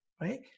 right